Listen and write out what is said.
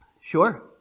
Sure